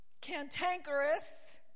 cantankerous